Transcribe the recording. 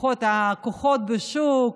יש כוחות בשוק,